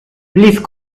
please